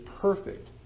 perfect